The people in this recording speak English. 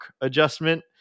adjustment